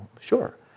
Sure